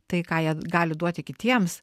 tai ką jie gali duoti kitiems